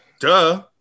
Duh